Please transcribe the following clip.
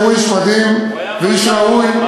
שהוא איש מדהים ואיש ראוי.